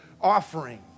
offering